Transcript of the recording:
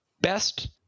best